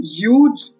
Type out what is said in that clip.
huge